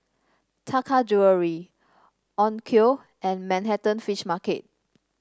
Taka Jewelry Onkyo and Manhattan Fish Market